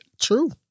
True